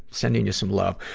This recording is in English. sending ya some love.